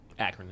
Acronym